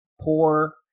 poor